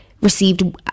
received